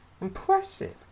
Impressive